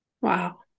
Wow